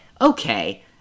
okay